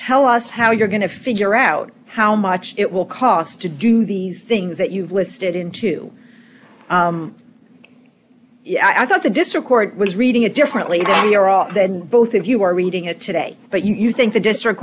tell us how you're going to figure out how much it will cost to do these things that you've listed in two dollars i thought the district court was reading it differently than both of you are reading it today but you think the district